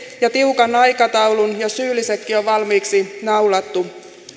ja tiukan aikataulun ja syyllisetkin on valmiiksi naulattu